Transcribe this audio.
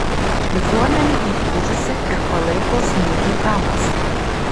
visuomenė įtūžusi ir palaiko smūgį hamas